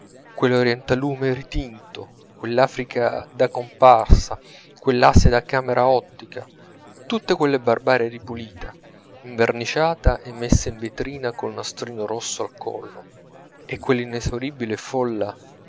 impariginati quell'orientalume ritinto quell'africa da comparsa quell'asia da camera ottica tutta quella barbarie ripulita inverniciata e messa in vetrina col nastrino rosso al collo e quell'inesauribile folla